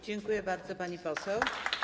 Dziękuję bardzo, pani poseł.